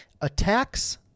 attacks